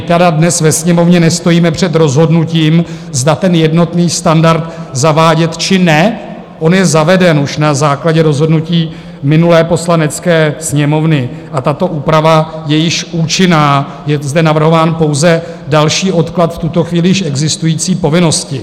My tedy dnes ve Sněmovně nestojíme před rozhodnutím, zda ten jednotný standard zavádět, či ne on je zaveden už na základě rozhodnutí minulé Poslanecké sněmovny a tato úprava je již účinná je zde navrhován pouze další odklad v tuto chvíli již existující povinnosti.